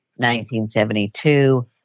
1972